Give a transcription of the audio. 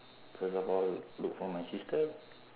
first of all look for my sister